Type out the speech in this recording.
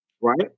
right